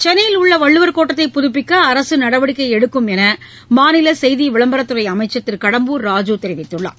சென்னையில் உள்ள வள்ளுவர் கோட்டத்தை புதுப்பிக்க அரசு நடவடிக்கை எடுக்கும் என்று மாநில செய்தி விளம்பரத்துறை அமைச்சர் திரு கடம்பூர் ராஜு தெரிவித்துள்ளார்